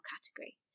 category